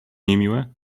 niemiłe